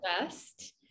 best